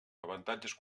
avantatges